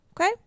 Okay